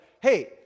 hey